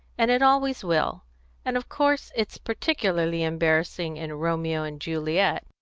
and it always will and of course it's particularly embarrassing in romeo and juliet.